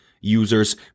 Users